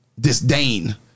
disdain